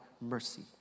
mercy